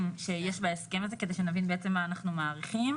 שיש בהסכם הזה כדי שנבין מה אנחנו מאריכים.